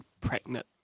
pregnant